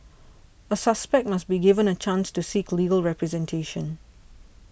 a suspect must be given a chance to seek a legal representation